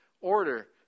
order